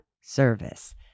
service